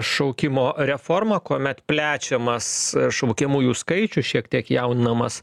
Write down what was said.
šaukimo reformą kuomet plečiamas šaukiamųjų skaičių šiek tiek jauninamas